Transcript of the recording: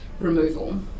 removal